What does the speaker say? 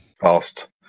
fast